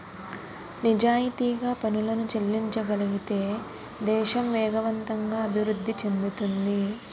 నిజాయితీగా పనులను చెల్లించగలిగితే దేశం వేగవంతంగా అభివృద్ధి చెందుతుంది